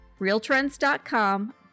realtrends.com